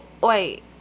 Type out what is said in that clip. Wait